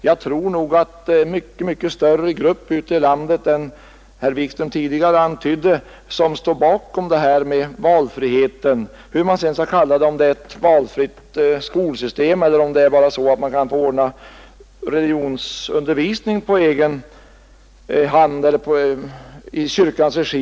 Jag tror att en mycket större grupp ute i landet än vad herr Wikström tidigare antydde står bakom kravet på valfrihet — det må sedan gälla krav på ett valfritt skolsystem eller bara på att det skall kunna ordnas religionsundervisning t.ex. i kyrkans regi.